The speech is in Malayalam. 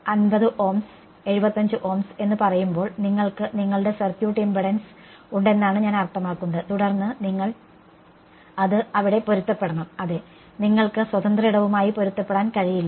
50 ഓംസ് 75 ഓംസ് എന്ന് പറയുമ്പോൾ നിങ്ങൾക്ക് നിങ്ങളുടെ സർക്യൂട്ട് ഇംപെഡൻസ് ഉണ്ടെന്നാണ് ഞാൻ അർത്ഥമാക്കുന്നത് തുടർന്ന് നിങ്ങൾ അത് അവിടെ പൊരുത്തപ്പെടുത്തണം അതെ നിങ്ങൾക്ക് സ്വതന്ത്ര ഇടവുമായി പൊരുത്തപ്പെടാൻ കഴിയില്ല